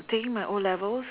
taking my o-levels